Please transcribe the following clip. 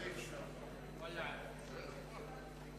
כהצעת הוועדה, נתקבל.